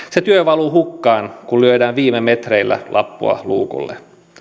työ valuu hukkaan kun lyödään viime metreillä lappua luukulle